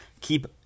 Keep